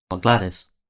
Gladys